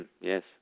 Yes